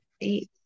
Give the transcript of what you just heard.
eight